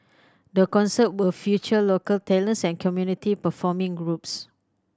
the concerts will future local talents and community performing groups